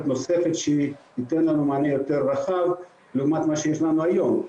נוספת שתיתן לנו מענה יותר רחב לעומת מה שיש לנו היום,